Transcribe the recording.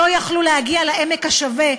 שלא יכלו להגיע לעמק השווה.